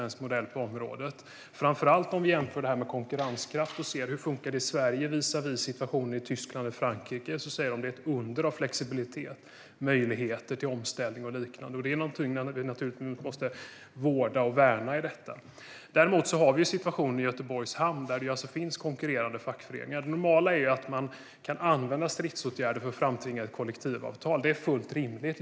När man jämför konkurrenskraften och ser hur det funkar i Sverige visavi Tyskland och Frankrike säger de att den svenska modellen är ett under av flexibilitet, möjligheter till omställning och liknande. Detta är något som vi naturligtvis måste vårda och värna. I Göteborgs hamn har vi en situation där det finns konkurrerande fackföreningar. Det normala är att man kan använda stridsåtgärder för att framtvinga ett kollektivavtal. Det är fullt rimligt.